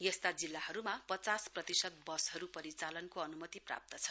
यस्ता जिल्लाहरूमा पचास प्रतिशत वसहरू परिचालनको अन्मति प्राप्त छ